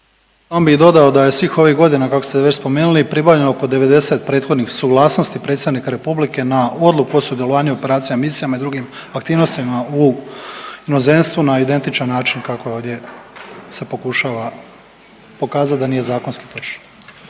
bih dodao da je svih ovih godina kako ste već spomenuli pribavljeno oko 90 prethodnih suglasnosti predsjednika Republike na odluku o sudjelovanju i operacijama, misijama i drugim aktivnostima u inozemstvo na identičan način kako ovdje se pokušava pokazati da nije zakonski točno.